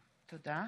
תודה.